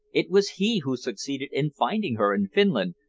it was he who succeeded in finding her in finland,